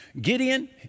Gideon